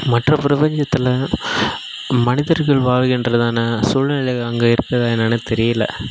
மற்ற பிரபஞ்சத்தில் மனிதர்கள் வாழ்கின்றதான சூழ்நிலைகள் அங்கே இருக்குதா என்னன்னே தெரியலை